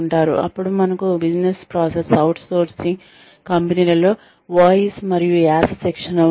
అప్పుడు మనకు business process outsourcing కంపెనీలలో వాయిస్ మరియు యాస శిక్షణ ఉంటుంది